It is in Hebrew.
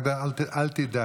רק אל תדאג,